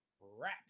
rap